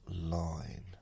line